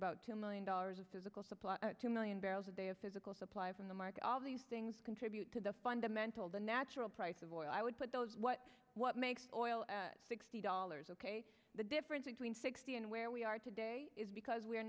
about two million dollars of physical supply two million barrels a day of physical supply from the market all these things contribute to the fundamental the natural price of oil i would put those what what makes oil sixty dollars ok the difference between sixty and where we are today is because we